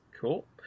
cool